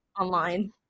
online